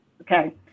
Okay